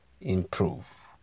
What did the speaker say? improve